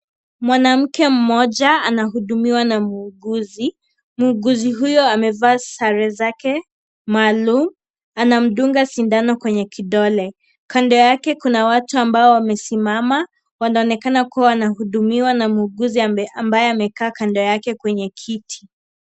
Mwanamke mmoja, anahudumiwa na muuguzi. Muuguzi huyo amevaa sare zake, maalum. Anamdunga sindano kwenye kidole. Kando yake kuna watu ambao wamesimama, wanaonekana kuwa wanahudumiwa na muuguzi ame, ambaye amekaa kando yake kwenye kiti.